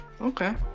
Okay